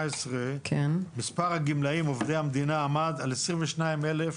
2018 מספר הגמלאים עובדי המדינה עמד על כ-22,951.